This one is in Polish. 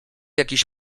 jakiś